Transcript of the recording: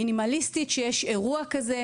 מינימליסטית שיש אירוע כזה,